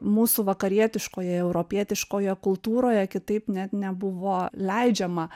mūsų vakarietiškoje europietiškoje kultūroje kitaip net nebuvo leidžiama